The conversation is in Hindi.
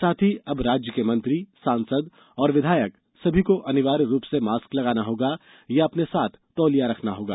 साथ ही अब राज्य में मंत्री सांसद और विधायक सभी को अनिवार्य रूप से मास्क लगाना होगा या अपने साथ तौलिया रखनी होगी